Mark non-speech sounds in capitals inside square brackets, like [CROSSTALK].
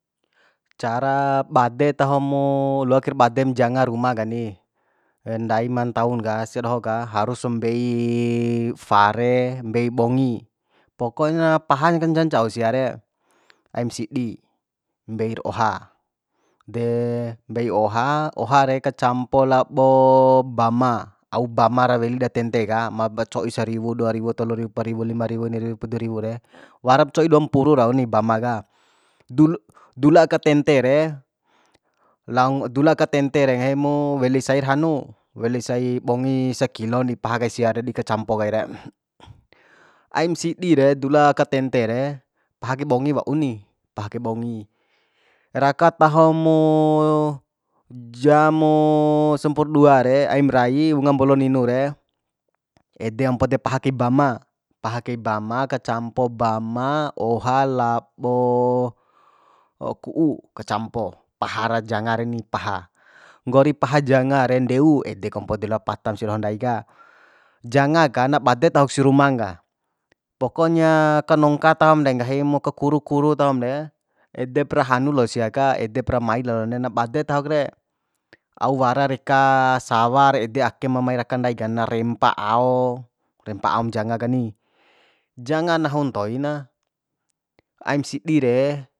Cara bade taho mo loakir badem janga ruma kani [HESITATION] ndai ma ntaun ka sia doho ka hrus mbei fare mbei bongi pokona paha ka ncau ncau sia re aim sidi mbeir oha de [HESITATION] mbei oha oha re kacampo labo bama au bama ra weli da tente ka ma ba co'i sariwu dua riwu tolu riwu upa riwu lima riwu ini riwu pidu riwu re waram co'i duampuru rau ni bama ka dul dula ka tente re laon dulaka tente re ngahi mu weli sair hanu weli sai bongi sakilo di paha kai sia re dikacampo kai re aim sidi re dula ka tente re paha kai bongi wau ni paha kai bongi raka tahomo jamo sapurdua re aim rai unga mbolo ninu re ede ompo de paha kai bama paha kai bama ka campo bama oha labo [HESITATION] ku'u kacampo pahara janga reni paha nggori paha janga re ndeu edeko ompo delo patam sia doho ndai ka janga ka na bade tahok si ruman ka pokonya kaongka tahom de nggahimu ka kuru kuru tahom de edepra hanu lo sia ka edepra mai lalona bade tahok re au wara reka sawa ra ede ake ma mai raka ndai ka na rempa ao rempa aom janga kani janga nahu ntoi na aim sidi re